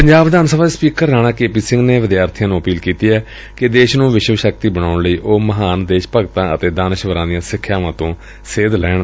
ਪੰਜਾਬ ਵਿਧਾਨ ਸਭਾ ਦੇ speaker Rana K P Singh ਨੇ ਵਿਦਿਆਰਬੀਆਂ ਨੂੰ ਅਪੀਲ ਕੀਤੀ ਕਿ ਦੇਸ਼ ਨੂੰ ਵਿਸ਼ਵ ਸ਼ਕਤੀ ਬਣਾਊਣ ਲਈ ਉਹ ਮਹਾਨ ਦੇਸ਼ ਭਗਤਾ ਅਤੇ ਦਾਨਸ਼ਵਰਾ ਦੀਆ ਸਿਖਿਆਵਾ ਤੋ ਸੇਧ ਲੈਣ